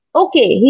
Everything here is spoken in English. okay